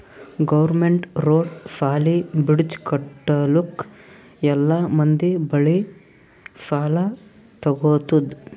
government road, ಸಾಲಿ, bridge ಕಟ್ಟಲುಕ್ ಎಲ್ಲಾ ಮಂದಿ ಬಲ್ಲಿ ಸಾಲಾ ತಗೊತ್ತುದ್